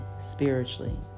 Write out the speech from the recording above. spiritually